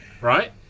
right